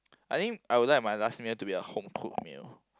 I think I would like my last meal to be a home cooked meal